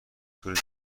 طول